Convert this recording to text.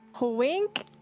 Wink